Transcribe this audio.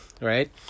right